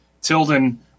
Tilden